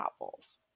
novels